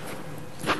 זחאלקה.